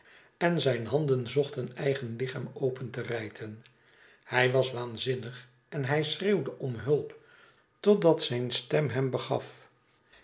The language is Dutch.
en zijn handen zochten eigen lichaam open te rijten hij was waanzinnig en hij schreeuwde om hulp totdat zijn stem hem begaf